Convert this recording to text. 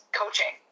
coaching